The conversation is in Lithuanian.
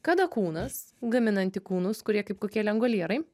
kada kūnas gamina antikūnus kurie kaip kokie lengolierai